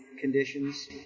conditions